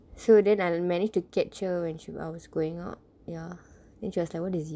so then I managed to catch her when actually I was going out then she was like what is it